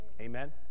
Amen